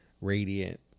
Radiant